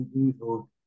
evil